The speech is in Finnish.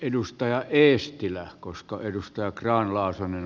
edustaja eestillä koska edustaa valoisampi